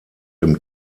dem